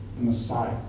Messiah